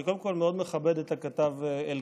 אני קודם כול מאוד מכבד את הכתב אלקיים,